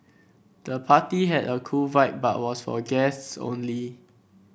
the party had a cool vibe but was for guests only